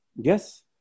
Yes